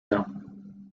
down